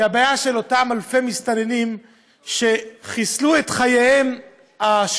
היא הבעיה של אותם אלפי מסתננים שחיסלו את חייהם השקטים,